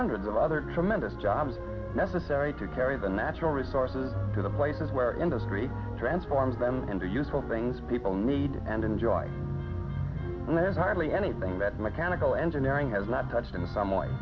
hundreds of other tremendous jobs necessary to carry the natural resources to the places where industry transforms them into useful things people need and enjoy and they have hardly anything that mechanical engineering has not touched in some way